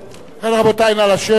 רבותי, נא לשבת.